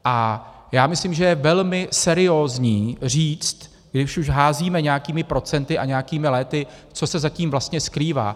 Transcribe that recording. A já myslím, že je velmi seriózní říct, když už házíme nějakými procenty a nějakými léty, co se za tím vlastně skrývá.